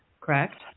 correct